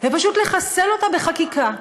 ופשוט לחסל אותה בחקיקה,